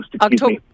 October